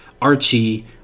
archie